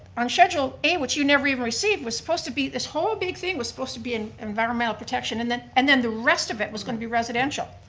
on schedule a, which you never even received was supposed to be, this whole big thing was supposed to be and environmental protection and then and then the rest of it was going to be residential.